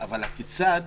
אבל כיצד